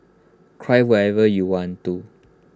cry whenever you want to